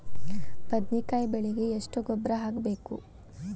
ಬದ್ನಿಕಾಯಿ ಬೆಳಿಗೆ ಎಷ್ಟ ಗೊಬ್ಬರ ಹಾಕ್ಬೇಕು?